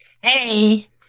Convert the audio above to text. Hey